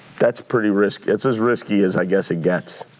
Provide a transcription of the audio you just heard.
that's pretty risky, it's as risky as i guess it gets.